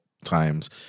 times